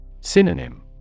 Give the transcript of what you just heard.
Synonym